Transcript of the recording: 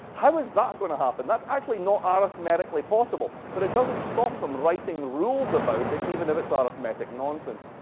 how is that going to happen? that's actually not arithmetically possible, but it doesn't stop them writing rules about it, even if it's ah arithmetic nonsense.